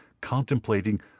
contemplating